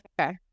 Okay